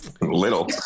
Little